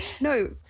No